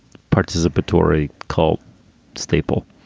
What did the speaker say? participatory cult staple